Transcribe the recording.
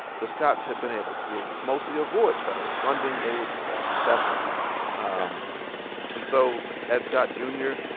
the scotts had been able to ah mostly avoid federal funding. they were just that successful gotcha and so ed scott jr.